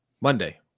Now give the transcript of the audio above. Monday